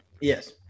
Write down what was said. Yes